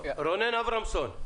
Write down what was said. רונן אברמסון,